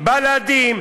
בל"דים,